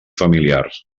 familiars